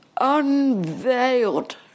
unveiled